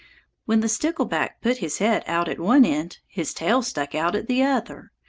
when the stickleback put his head out at one end, his tail stuck out at the other.